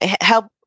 help